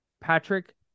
Patrick